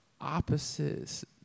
opposites